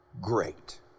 great